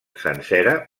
sencera